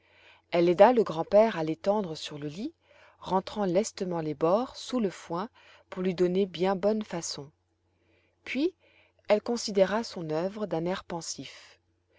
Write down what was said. elle aida le grand-père à l'étendre sur le lit rentrant lestement les bords sous le foin pour lui donner bien bonne façon puis elle considéra son œuvre d'un air pensif